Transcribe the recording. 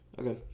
Okay